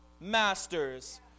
masters